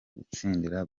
gutsindira